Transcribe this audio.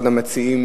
אחד המציעים,